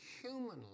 humanly